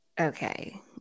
okay